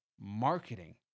marketing